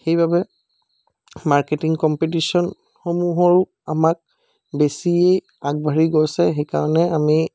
সেইবাবে মাৰ্কেটিং কম্পিটিচনসমূহৰ আমাক বেছিয়ে আগবাঢ়ি গৈছে সেইকাৰণে আমি